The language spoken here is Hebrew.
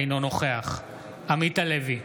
אינו נוכח עמית הלוי,